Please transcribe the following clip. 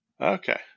Okay